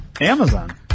Amazon